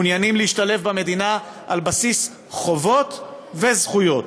מעוניינים להשתלב במדינה על בסיס חובות וזכויות,